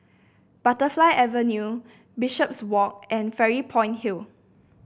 Butterfly Avenue Bishopswalk and Fairy Point Hill